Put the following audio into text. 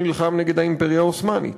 שנלחם נגד האימפריה העות'מאנית.